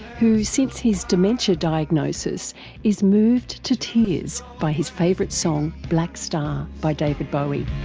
who since his dementia diagnosis is moved to tears by his favourite song black star by david bowie.